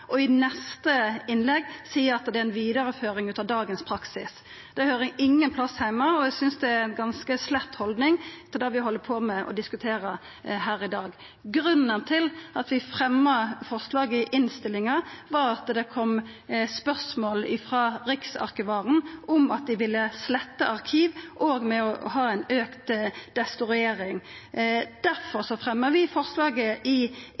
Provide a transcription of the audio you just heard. og i neste innlegg seier at det er ei vidareføring av dagens praksis. Det høyrer ingen plass heime, og eg synest det er ei ganske slett haldning til det vi diskuterer her i dag. Grunnen til at vi fremja forslaget i innstillinga, var at det kom spørsmål frå Riksarkivaren i samband med at dei ville slette arkiv og ha ei auka destruering. Difor fremja vi forslaget i